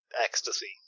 ecstasy